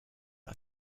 are